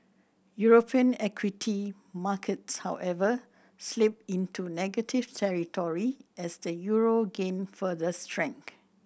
European equity markets however slipped into negative territory as the euro gained further strength